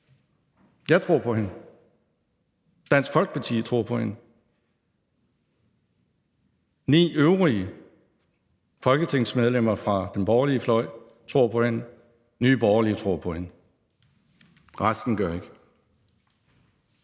Jeg tror på hende, Dansk Folkeparti tror på hende, ni øvrige folketingsmedlemmer fra den borgerlige fløj tror på hende, Nye Borgerlige tror på hende; resten gør ikke.